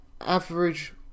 average